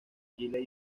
chile